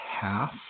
half